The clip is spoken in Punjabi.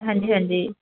ਹਾਂਜੀ ਹਾਂਜੀ